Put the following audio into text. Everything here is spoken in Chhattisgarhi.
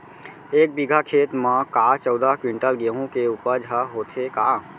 एक बीघा खेत म का चौदह क्विंटल गेहूँ के उपज ह होथे का?